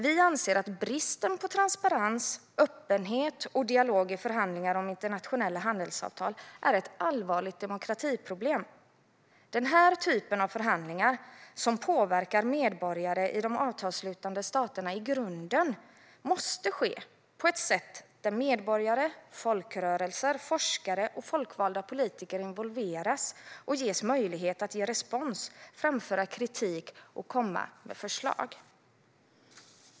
Vi anser att bristen på transparens, öppenhet och dialog i förhandlingar om internationella handelsavtal är ett allvarligt demokratiproblem. Den här typen av förhandlingar, som påverkar medborgare i de avtalsslutande staterna i grunden, måste ske på ett sätt där medborgare, folkrörelser, forskare och folkvalda politiker involveras och ges möjlighet att ge respons, framföra kritik och komma med förslag.